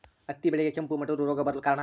ಹತ್ತಿ ಬೆಳೆಗೆ ಕೆಂಪು ಮುಟೂರು ರೋಗ ಬರಲು ಕಾರಣ?